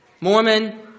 Mormon